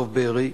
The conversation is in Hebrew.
דב בארי,